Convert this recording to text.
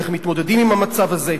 איך מתמודדים עם המצב הזה,